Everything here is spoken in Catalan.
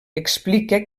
explica